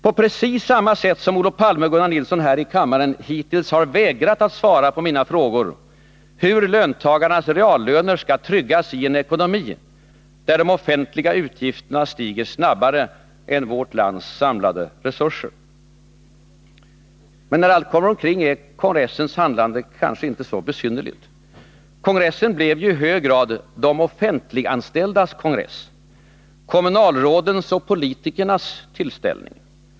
På precis samma sätt som Olof Palme och Gunnar Nilsson här i kammaren hittills vägrat att svara på mina frågor om hur löntagarnas reallöner skall tryggasi en ekonomi där de offentliga utgifterna stiger snabbare än vårt lands samlade resurser. Men när allt kommer omkring är kongressens handlande kanske inte så besynnerligt. Kongressen blev ju i hög grad de offentliganställdas kongress. Kommunalrådens och politikernas tillställning.